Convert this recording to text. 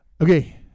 Okay